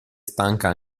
stanca